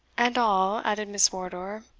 and all, added miss wardour,